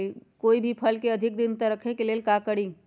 कोई भी फल के अधिक दिन तक रखे के लेल का करी?